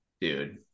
Dude